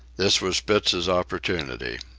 this was spitz's opportunity.